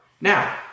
Now